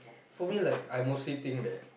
for me like I mostly think that